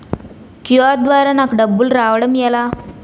QR ద్వారా నాకు డబ్బులు రావడం ఎలా?